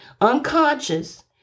unconscious